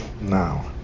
Now